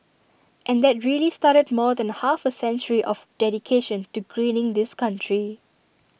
and that really started more than half A century of dedication to greening this country